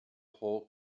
whole